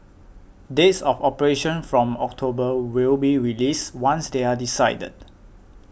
dates of operation from October will be released once they are decided